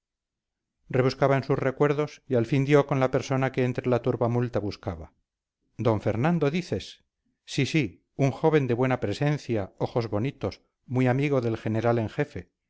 rebuscaba en sus recuerdos y al fin dio con la persona que entre la turbamulta buscaba don fernando dices sí sí un joven de buena presencia ojos bonitos muy amigo del general en jefe